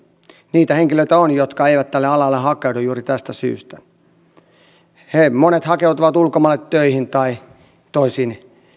niitä henkilöitä on jotka eivät tälle alalle hakeudu juuri tästä syystä heistä monet hakeutuvat ulkomaille töihin tai toisiin